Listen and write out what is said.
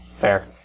Fair